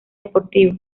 deportivo